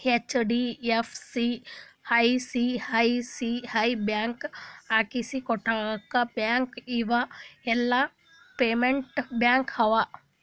HDFC, ICICI bank, Axis, Kotak bank ಇವು ಎಲ್ಲಾ private bank ಅವಾ